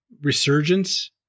resurgence